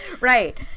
Right